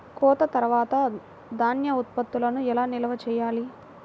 కోత తర్వాత ధాన్య ఉత్పత్తులను ఎలా నిల్వ చేయాలి?